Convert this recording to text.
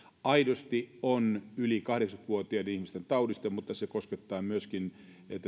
aidosti on kyse yli kahdeksankymmentä vuotiaiden ihmisten taudista mutta se koskettaa myöskin